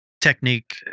technique